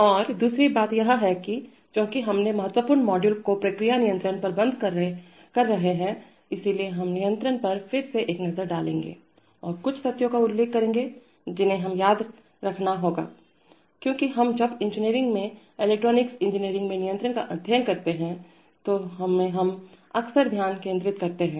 और दूसरी बात यह है कि चूंकि हम अपने महत्वपूर्ण मॉड्यूल को प्रक्रिया नियंत्रण पर बंद कर रहे हैं इसलिए हम नियंत्रण पर फिर से एक पक्षी की नजर डालेंगे और कुछ तथ्यों का उल्लेख करेंगे जिन्हें हमें याद रखना होगा क्योंकि जब हम इंजीनियरिंग में इलेक्ट्रिकल इंजीनियरिंग में नियंत्रण का अध्ययन करते हैं तो हम अक्सर ध्यान केंद्रित करते हैं